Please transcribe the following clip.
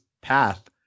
path